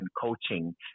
coaching